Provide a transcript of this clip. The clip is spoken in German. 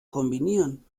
kombinieren